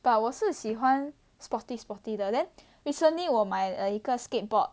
but 我是喜欢 sporty sporty 的 then recently 我买了一个 skateboard